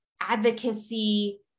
advocacy